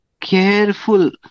careful